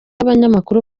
abanyamakuru